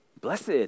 Blessed